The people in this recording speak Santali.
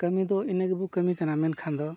ᱠᱟᱹᱢᱤ ᱫᱚ ᱤᱱᱟᱹ ᱜᱮᱵᱚᱱ ᱠᱟᱹᱢᱤ ᱠᱟᱱᱟ ᱢᱮᱱᱠᱷᱟᱱ ᱫᱚ